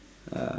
uh